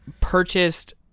purchased